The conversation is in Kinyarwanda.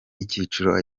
icyiciro